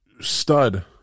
stud